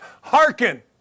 Hearken